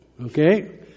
Okay